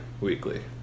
weekly